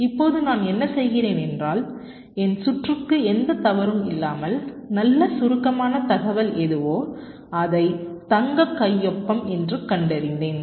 இப்போது நான் என்ன செய்கிறேன் என்றால் என் சுற்றுக்கு எந்த தவறும் இல்லாமல் நல்ல சுருக்கமான தகவல் எதுவோ அதை தங்க கையொப்பம் என்று கண்டேறிந்தேன்